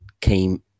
came